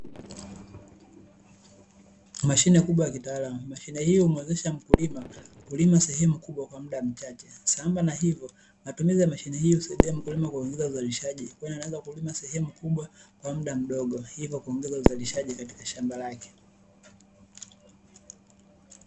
Mashine kubwa ya kitaalamu. Mashine hii humuwezesha mkulima kulima sehemu kubwa kwa muda mchache na hivyo matumizi ya mashine hiyo husaidia mkulima kuongeza uzalishaji, kwani anaweza kulima sehemu kubwa kwa muda mdogo, hivyo kuongeza uzalishaji katika shamba lake.